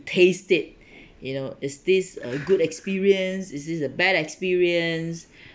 taste it you know is this a good experience is this a bad experience